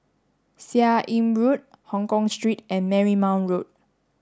Seah Im Road Hongkong Street and Marymount Road